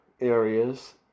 areas